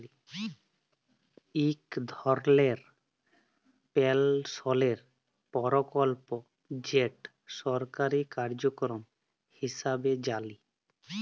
ইক ধরলের পেলশলের পরকল্প যেট সরকারি কার্যক্রম হিঁসাবে জালি